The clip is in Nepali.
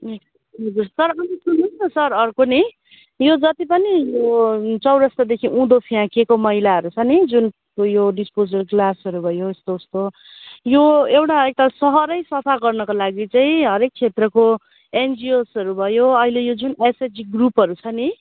ए तरपनि सुन्नुहोस् न सर अर्को नि यो जतिपनि यो चौरस्तादेखि उँधो फ्याँकिएको मैलाहरू छ नि जुन यो डिस्पोजल ग्लासहरू भयो यस्तो उस्तो यो एउटा एकताल सहरै सफा गर्नको लागि चाहिँ हरेक क्षेत्रको एनजीओस्हरू भयो अहिले यो एसएचजी ग्रुपहरू छ नि